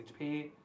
HP